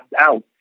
out